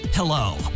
Hello